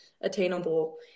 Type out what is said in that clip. attainable